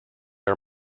are